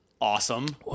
Awesome